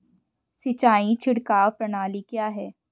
सिंचाई छिड़काव प्रणाली क्या है?